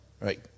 Right